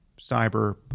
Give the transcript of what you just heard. cyber